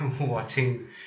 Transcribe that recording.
watching